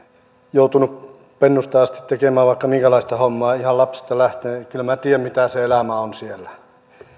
joutunut pennusta asti tekemään vaikka minkälaista hommaa ihan lapsesta lähtien kyllä minä tiedän mitä se elämä on siellä